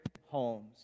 homes